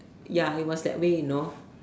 ya it was that way you know